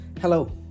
Hello